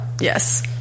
Yes